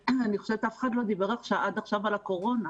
אף אחד לא דיבר עד עכשיו על הקורונה.